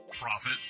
Profit